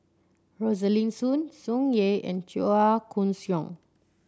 Rosaline Soon Tsung Yeh and Chua Koon Siong